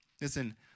Listen